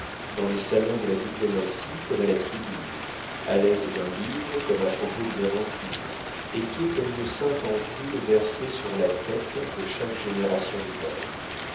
dans les salons de la diplomatie comme à la tribune à l'aide d'un livre comme à propos d'une aventure et qui est comme une sainte ampoule versée sur la tête de chaque génération nouvelle